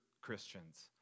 Christians